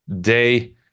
day